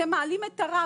אתם מעלים את הרף.